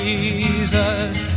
Jesus